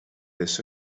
this